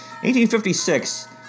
1856